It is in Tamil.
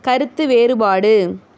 கருத்து வேறுபாடு